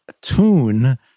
tune